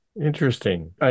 Interesting